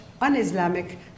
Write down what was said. un-Islamic